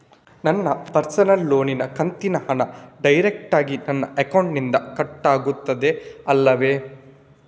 ನನ್ನ ಪರ್ಸನಲ್ ಲೋನಿನ ಕಂತಿನ ಹಣ ಡೈರೆಕ್ಟಾಗಿ ನನ್ನ ಅಕೌಂಟಿನಿಂದ ಕಟ್ಟಾಗುತ್ತದೆ ಅಲ್ಲವೆ?